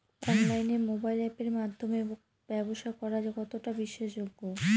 অনলাইনে মোবাইল আপের মাধ্যমে ব্যাবসা করা কতটা বিশ্বাসযোগ্য?